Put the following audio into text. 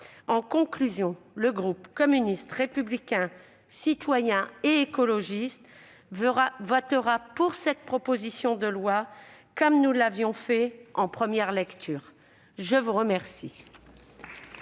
En conclusion, le groupe communiste républicain citoyen et écologiste votera pour cette proposition de loi, comme nous l'avions fait en première lecture. La parole